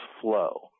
flow